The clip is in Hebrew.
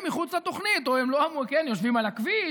מחוץ לתוכנית או שהם יושבים על הכביש,